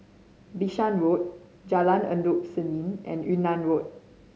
Bishan Road Jalan Endut Senin and Yunnan Road